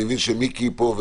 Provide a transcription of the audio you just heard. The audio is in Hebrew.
אני מבין שמיקי פה.